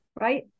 right